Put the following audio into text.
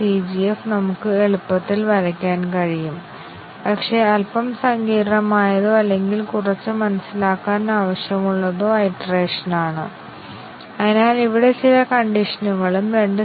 ഞങ്ങൾക്ക് 30 ബില്ല്യൺ ഉണ്ടെങ്കിൽ പക്ഷേ നിങ്ങൾ ചോദിച്ചേക്കാം അവ യഥാർഥത്തിൽ സംഭവിക്കുന്നത് പല കോമ്പിനേഷനുകളും കണ്ടീഷണൽ എക്സ്പ്രെഷനുകളിലെ കംപോണൻറ് കണ്ടിഷനുകളും ഉണ്ടോ